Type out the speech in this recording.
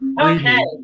Okay